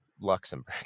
Luxembourg